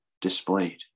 displayed